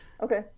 Okay